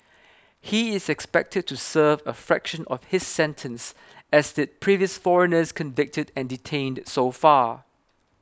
he is expected to serve a fraction of his sentence as did previous foreigners convicted and detained so far